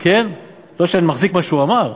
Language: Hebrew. לא שאני מחזיק ממה שהוא אמר,